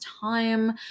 time